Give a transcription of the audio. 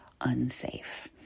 unsafe